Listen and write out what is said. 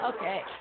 Okay